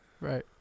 Right